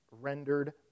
rendered